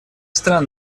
стран